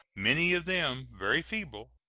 many of them very feeble,